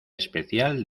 especial